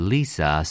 Lisa